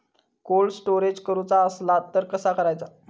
Cold storage करूचा असला तर कसा करायचा?